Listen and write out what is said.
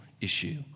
issue